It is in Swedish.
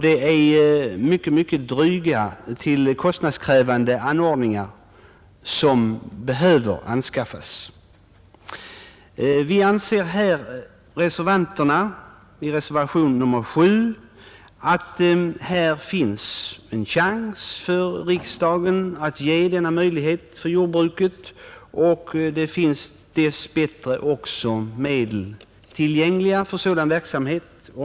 Det är mycket kostnadskrävande anordningar som behöver anskaffas. I reservationen 7 framhåller vi reservanter att här finns en chans för riksdagen att ge jordbruket denna möjlighet. Det finns dess bättre också medel tillgängliga för sådan verksamhet.